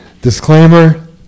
Disclaimer